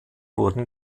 wurden